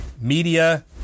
media